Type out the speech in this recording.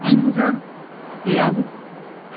thank you sir फिर आइए फिर